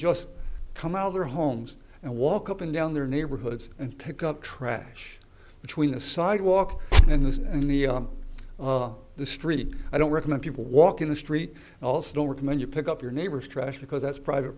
just come out of their homes and walk up and down their neighborhoods and pick up trash between a sidewalk and this and the on the street i don't recommend people walk in the street and also recommend you pick up your neighbor's trash because that's private